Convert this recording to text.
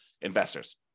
investors